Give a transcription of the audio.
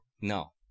No